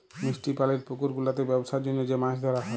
মিষ্টি পালির পুকুর গুলাতে বেপসার জনহ যে মাছ ধরা হ্যয়